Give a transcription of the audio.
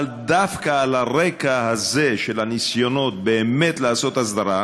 אבל דווקא על הרקע הזה של הניסיונות באמת לעשות הסדרה,